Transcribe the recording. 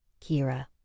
Kira